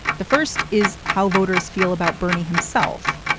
the first is how voters feel about bernie himself.